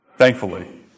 Thankfully